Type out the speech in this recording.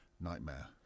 nightmare